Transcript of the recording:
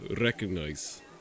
recognize